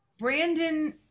Brandon